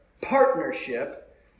partnership